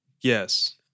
Yes